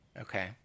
Okay